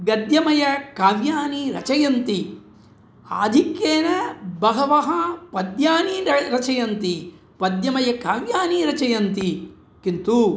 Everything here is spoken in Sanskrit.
गद्यमयकाव्यानि रचयन्ति आधिक्येन बहवः पद्यानि र रचयन्ति पद्यमयकाव्यानि रचयन्ति किन्तु